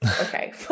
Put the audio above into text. Okay